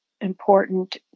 important